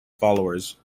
followers